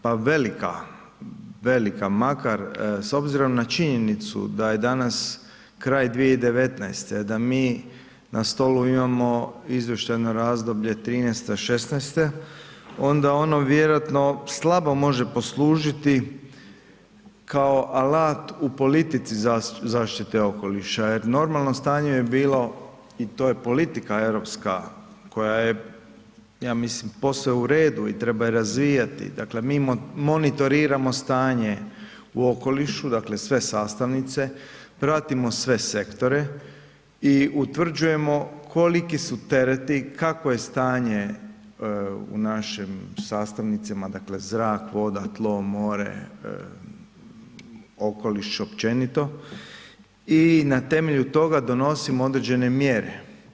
Pa velika, velika, makar s obzirom na činjenicu da je danas kraj 2019. da mi na stolu imamo izvještajno razdoblje '13. – '16., onda ono vjerojatno slabo može poslužiti kao alat u politici zaštite okoliša jer normalno stanje je bilo i to je politika europska koje je ja mislim posve u redu i treba je razvijati, dakle mi monitoriramo stanje u okolišu, dakle sve sastavnice, pratimo sve sktore i utvrđujemo koliki su tereti, kakvo je stanje u našem sastavnicima, dakle zrak, voda, tlo, more, okoliš općenito i na temelju toga donosimo određene mjere.